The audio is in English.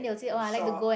shop